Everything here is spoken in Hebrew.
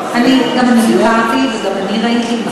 גם אני ביקרתי וגם אני ראיתי,